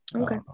Okay